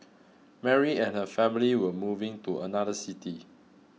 Mary and her family were moving to another city